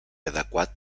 adequat